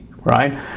right